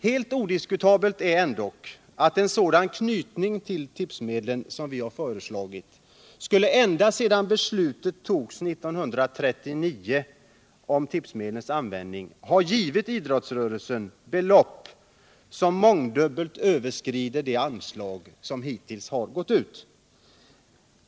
Helt odiskutabelt är emellertid att en sådan knytning till tipsmedlen som vi har föreslagit skulle, ända sedan beslutet om tipsmedlens användning togs 1939, ha givit idrottsrörelsen belopp som mångdubbelt överskrider de anslag som hittills har utgått.